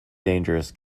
dangerous